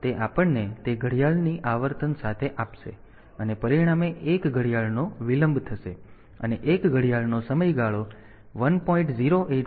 તેથી તે આપણને તે ઘડિયાળની આવર્તન સાથે આપશે અને પરિણામે 1 ઘડિયાળનો વિલંબ થશે અને 1 ઘડિયાળનો સમયગાળો 1